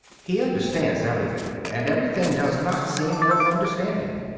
he understands everything, and everything does not seem worth understanding.